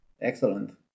Excellent